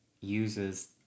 uses